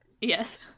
Yes